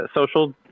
social